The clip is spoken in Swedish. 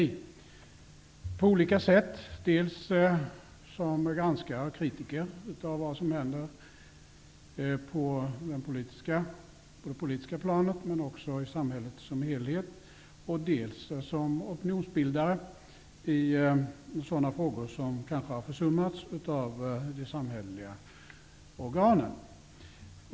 Det gör de på olika sätt, dels som granskare och kritiker av vad som händer på det politiska planet men också i samhället som helhet, dels som opinionsbildare i sådana frågor som kanske har försummats av de samhälleliga organen.